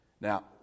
Now